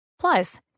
Plus